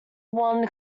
won